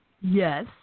Yes